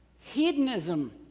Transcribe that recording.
hedonism